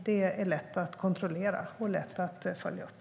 Det är lätt att kontrollera och lätt att följa upp.